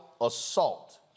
assault